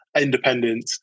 independent